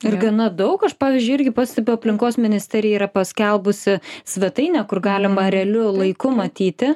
ir gana daug aš pavyzdžiui irgi pastebiu aplinkos ministerija yra paskelbusi svetainę kur galima realiu laiku matyti